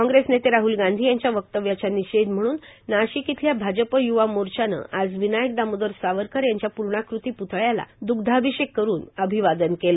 काँग्रेस नेते राहल गांधी यांच्या वक्तव्याचा निषेध म्हणून नाशिक इथल्या भाजप य्वा मोर्चानं आज विनायक दामोदर सावरकर यांच्या पूर्णाकृती प्तळ्याला दुग्धाभिषेक करून अभिवादन केलं